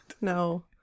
No